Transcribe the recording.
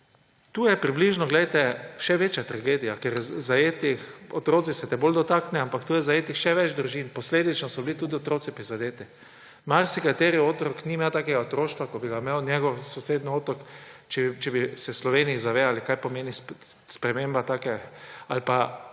Tukaj je še večja tragedija, otroci se te bolj dotaknejo, ampak tu je zajetih še več družin, posledično so bili tudi otroci prizadeti. Marsikateri otrok ni imel takega otroštva, kot bi ga imel njegov sovrstnik, če bi se v Sloveniji zavedali, kaj pomeni sprememba ali pa